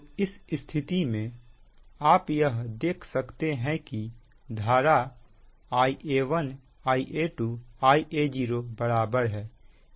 तो इस स्थिति में आप यह देख सकते हैं कि धारा Ia1 Ia2 Ia0 बराबर है